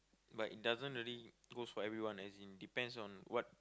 like it doesn't really goes for everyone as in depends on what